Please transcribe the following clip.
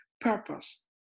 purpose